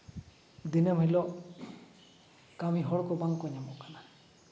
ᱫᱤᱱᱟᱹᱢ ᱦᱤᱞᱳᱜ ᱠᱟᱹᱢᱤ ᱦᱚᱲ ᱠᱚ ᱵᱟᱝᱠᱚ ᱧᱟᱢᱚᱜ ᱠᱟᱱᱟ